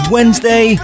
Wednesday